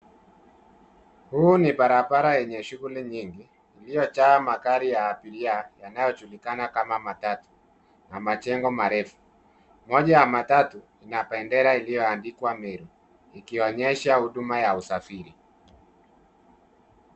Huu ni barabara yenye shughuli nyingi iliojaa magari ya abiria yanayojulikana kama matatu na majengo marefu. Moja ya matatu ina bendera ilioandikwa Meru ikionyesha huduma ya usafiri.